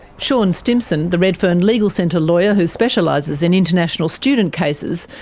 sean stimson, the redfern legal centre lawyer who specialises in international student cases,